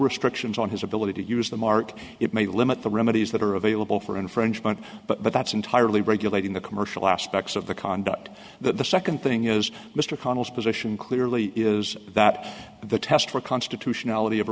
restrictions on his ability to use the mark it may limit the remedies that are available for infringement but that's entirely regulating the commercial aspects of the conduct that the second thing is mr connell's position clearly is that the test for constitutionality of